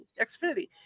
Xfinity